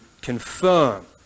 confirm